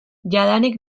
jadanik